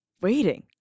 waiting